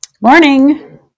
morning